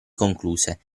concluse